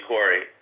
Corey